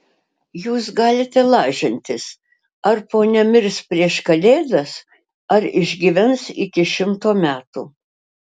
jūs galite lažintis ar ponia mirs prieš kalėdas ar išgyvens iki šimto metų